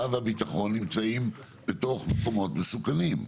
והביטחון נמצאים בתוך מקומות מסוכנים.